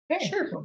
Sure